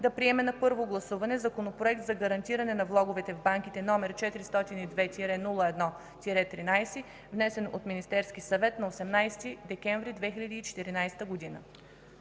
да приеме на първо гласуване Законопроект за гарантиране на влоговете в банките, № 402-01-13, внесен от Министерския съвет на 18 декември 2014 г.”